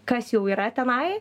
kas jau yra tenai